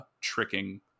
tricking